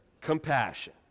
compassion